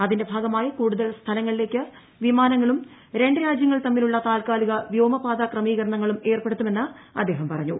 അതിന്റെ ഭാഗമായി കൂടുതൽ സ്ഥലങ്ങളിലേക്ക് വിമാനങ്ങളും രണ്ടു രാജ്യങ്ങൾ തമ്മിലുള്ള താൽക്കാലിക വ്യോമപാതാ ക്രമീകരണങ്ങളും ഏർപ്പെടുത്തുമെന്ന് അദ്ദേഹം പറഞ്ഞു